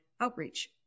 Outreach